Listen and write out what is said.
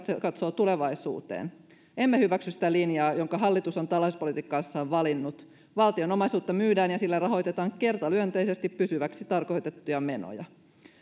katsoo tulevaisuuteen emme hyväksy sitä linjaa jonka hallitus on talouspolitiikassaan valinnut valtion omaisuutta myydään ja sillä rahoitetaan kertaluonteisesti pysyväksi tarkoitettuja menoja